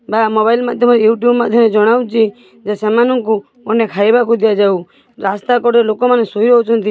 ବା ମୋବାଇଲ ମାଧ୍ୟମରେ ୟୁଟ୍ୟୁବ ମାଧ୍ୟମରେ ଜଣାଉଛି ଯେ ସେମାନଙ୍କୁ ଗଣ୍ଡେ ଖାଇବାକୁ ଦିଆଯାଉ ରାସ୍ତା କଡ଼ରେ ଲୋକମାନେ ଶୋଇଯାଉଛନ୍ତି